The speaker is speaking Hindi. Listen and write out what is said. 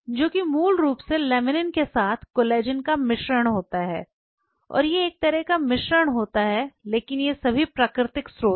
जो कि मूल रूप से लेमिनिन के साथ कोलेजन का मिश्रण होता है और यह एक तरह का मिश्रण होता है लेकिन ये सभी प्राकृतिक स्रोत हैं